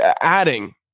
adding